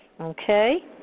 Okay